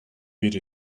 bir